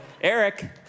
Eric